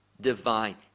divine